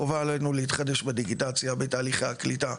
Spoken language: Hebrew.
חובה עלינו להתחדש בדיגיטציה בתהליך הקליטה.